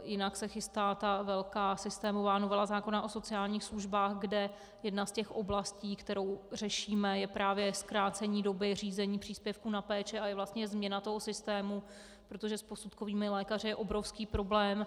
Jinak se chystá velká systémová novela zákona o sociálních službách, kde jedna z oblastí, kterou řešíme, je právě zkrácení doby řízení příspěvků na péči a vlastně změna toho systému, protože s posudkovými lékaři je obrovský problém.